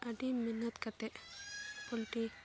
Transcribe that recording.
ᱟᱹᱰᱤ ᱢᱮᱦᱚᱱᱚᱛ ᱠᱟᱛᱮᱫ ᱯᱳᱞᱴᱴᱤ